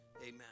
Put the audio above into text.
amen